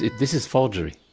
this is forgery.